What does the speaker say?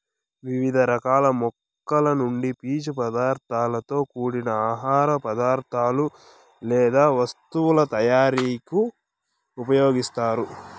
వివిధ రకాల మొక్కల నుండి పీచు పదార్థాలతో కూడిన ఆహార పదార్థాలు లేదా వస్తువుల తయారీకు ఉపయోగిస్తారు